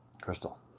Crystal